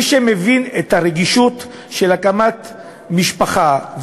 מי שמבין את הרגישות של הקמת משפחה,